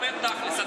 דבר תכל'ס,